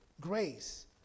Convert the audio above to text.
grace